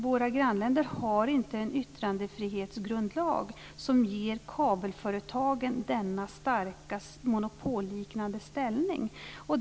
Våra grannländer har inte en yttrandefrihetsgrundlag som ger kabelföretagen denna starka monopolliknande ställning.